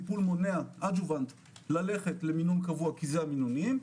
טיפול מונע ללכת למינון קבוע כי זה המינונים.